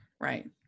Right